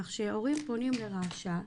כך שהורים פונים לרש"א,